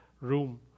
room